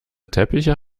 teppiche